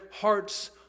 hearts